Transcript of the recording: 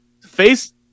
face